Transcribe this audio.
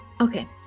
Okay